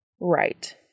right